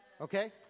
Okay